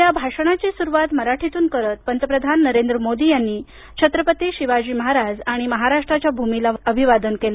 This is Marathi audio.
आपल्या भाषणाची सुरुवात मराठीतून करत पंतप्रधान नरेंद्र मोदी यांनी छत्रपती शिवाजी महाराजांना आणि महाराष्ट्राच्या भूमीला अभिवादन केलं